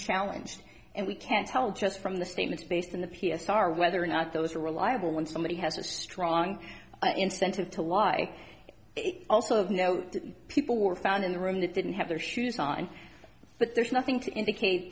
challenged and we can't tell just from the statements based on the p s r whether or not those are reliable when somebody has a strong incentive to lie also no people were found in the room that didn't have their shoes on but there's nothing to indicate